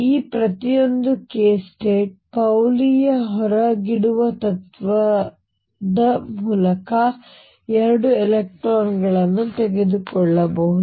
ಈ ಪ್ರತಿಯೊಂದು k state ಪೌಲಿಯ ಹೊರಗಿಡುವ ತತ್ತ್ವದ ಮೂಲಕ 2 ಎಲೆಕ್ಟ್ರಾನ್ಗಳನ್ನು ತೆಗೆದುಕೊಳ್ಳಬಹುದು